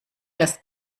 das